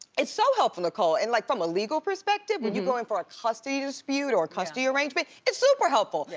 it's so helpful nicole and like from a legal perspective when you go in for a custody dispute or a custody arrangement it's super helpful, yeah